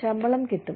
ശമ്പളം കിട്ടും